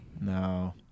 No